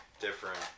different